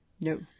No